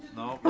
no, no.